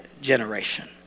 generation